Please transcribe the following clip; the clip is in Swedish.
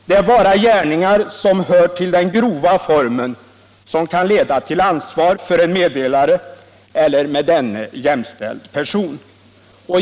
Det är bara gärningar som hör till den grova formen som kan leda till ansvar för meddelare eller med denne jämställd person.